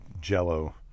jello